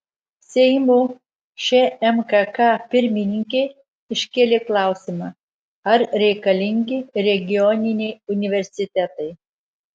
seimo šmkk pirmininkė iškėlė klausimą ar reikalingi regioniniai universitetai